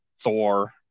Thor